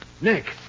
Nick